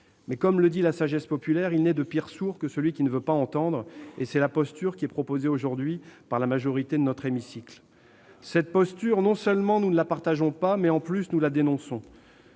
Comme le dit la sagesse populaire, il n'est de pire sourd que celui qui ne veut pas entendre ; or c'est bel et bien là la posture adoptée aujourd'hui par la majorité de l'hémicycle. Cette posture, non seulement nous ne la partageons pas, mais, de surcroît, nous la dénonçons.